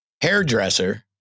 hairdresser